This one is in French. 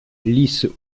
lisses